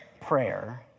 prayer